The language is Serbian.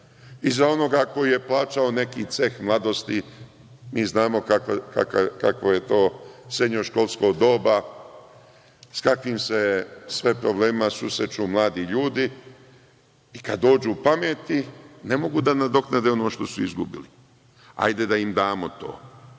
i za onoga koji je plaćao neki ceh mladosti. Znamo kakvo je srednjoškolsko doba, sa kakvim se sve problemima susreću mladi ljudi i kada dođu pameti ne mogu da nadoknade ono što su izgubili. Hajde da im damo to,